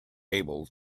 able